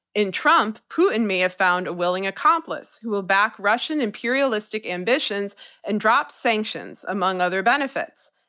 in trump, putin may have found a willing accomplice who will back russian imperialistic ambitions and drop sanctions, among other benefits.